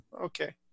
Okay